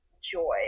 joy